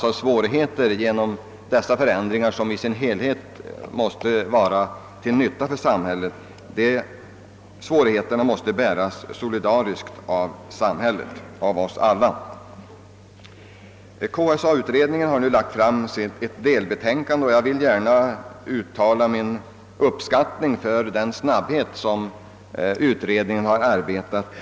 De svårigheter som drabbar vissa människor på grund av dessa förändringar, vilka är till nytta för samhället i dess helhet, måste bäras solidariskt av samhället och av oss alla. KSA-utredningen har nu lagt fram ett delbetänkande, och jag vill gärna uttala min uppskattning över den snabbhet med vilken utredningen hittills arbetat.